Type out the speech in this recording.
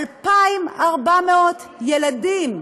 2,400 ילדים.